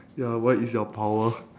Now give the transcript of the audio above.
ya what is your power